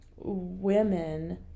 women